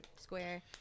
square